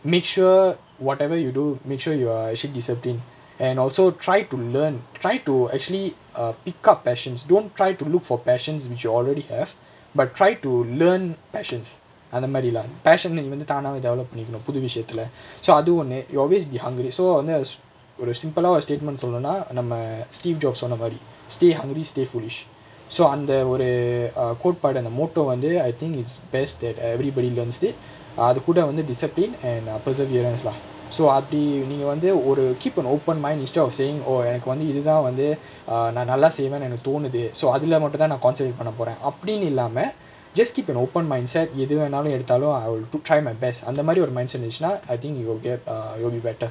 make sure whatever you do make sure you are actually discipline and also try to learn try to actually err pick up passions don't try to look for passions which you already have but try to learn passions அந்த மாரி:antha maari lah passion ah நீ வந்து தானாவே:nee vanthu thanaavae develop பண்ணிக்கனும் புது விஷயத்துல:pannikkanum puthu vishayathula so அது ஒன்னு:athu onnu you'll always be hungry so வந்து அது:vanthu athu ஒரு:oru simple ah ஒரு:oru statement சொல்லனுனா நம்ம:sollanunaa namma steve job சொன்னமாரி:sonnamaari stay hungry stay foolish so அந்த ஒரு:antha oru err கோட்பாடு அந்த:kotpaadu antha motto வந்து:vanthu I think it's best that everybody learns it அதுகூட வந்து:athukooda vanthu discipline and perseverance lah so அப்டி நீங்க வந்து ஒரு:apdi neenga vanthu oru keep an open mind instead of saying oh எனக்கு வந்து இதுதா வந்து:enakku vanthu ithuthaa vanthu err நா நல்லா செய்வனு எனக்கு தோணுது:naa nallaa seivaenu enakku thonuthu so அதுல மட்டுதா நா:athula mattuthaa naa consent right பண்ண போர அப்டின்னு இல்லாம:panna pora apdinu illaama just keep an open mindset எது வேணாலும் எடுத்தாலும்:etha venaalum eduthalum I will to try my best அந்தமாரி ஒரு:anthamaari oru mindset இருந்துச்சுனா:irunthuchunaa I think you will get err you will better